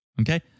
Okay